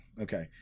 Okay